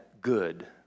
good